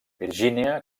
virgínia